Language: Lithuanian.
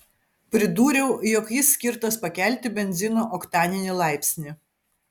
pridūriau jog jis skirtas pakelti benzino oktaninį laipsnį